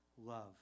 love